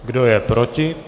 Kdo je proti?